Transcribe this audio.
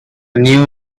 new